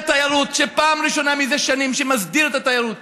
שפעם ראשונה זה שנים מסדיר את התיירות.